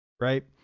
Right